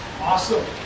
Awesome